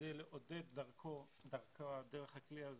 כדי לעודד דרך הכלי הזה,